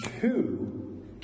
two